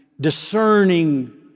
discerning